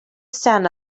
stand